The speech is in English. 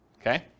Okay